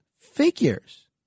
figures